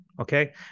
okay